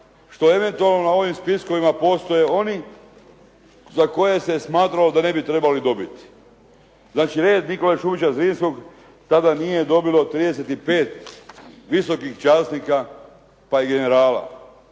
što eventualno na onim spiskovima postoje oni za koje se smatralo da ne bi trebali dobiti. Znači "Red Nikole Šubića Zrinskog" tada nije dobilo 35 visokih časnika pa i generala